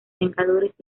vengadores